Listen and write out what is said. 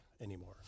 anymore